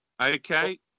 Okay